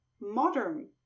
modern